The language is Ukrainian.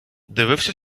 дивився